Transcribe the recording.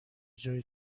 جای